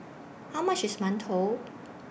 How much IS mantou